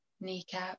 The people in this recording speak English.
Kneecap